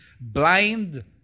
blind